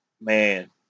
man